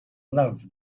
love